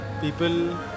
People